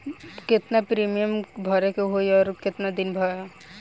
केतना के प्रीमियम भरे के होई और आऊर केतना दिन पर?